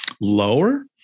lower